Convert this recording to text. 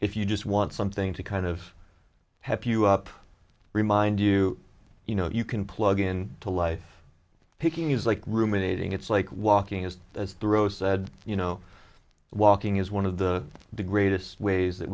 if you just want something to kind of happy you up remind you you know you can plug in to life picking is like ruminating it's like walking is as thorough said you know walking is one of the the greatest ways that